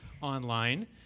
online